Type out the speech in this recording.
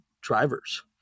drivers